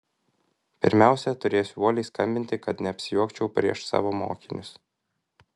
pirmiausiai turėsiu uoliai skambinti kad neapsijuokčiau prieš savo mokinius